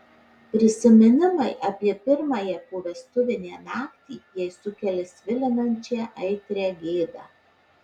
prisiminimai apie pirmąją povestuvinę naktį jai sukelia svilinančią aitrią gėdą